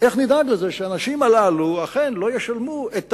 ואיך נדאג לזה שהאנשים הללו לא ישלמו את המחיר.